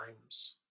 times